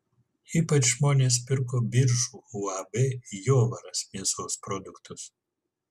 ypač žmonės pirko biržų uab jovaras mėsos produktus